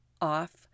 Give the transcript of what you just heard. off